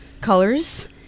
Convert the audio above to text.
colors